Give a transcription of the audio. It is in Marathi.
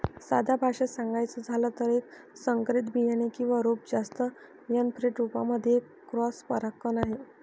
साध्या भाषेत सांगायचं झालं तर, एक संकरित बियाणे किंवा रोप जास्त एनब्रेड रोपांमध्ये एक क्रॉस परागकण आहे